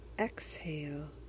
Exhale